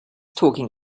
talking